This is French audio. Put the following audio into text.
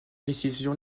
décision